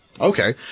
Okay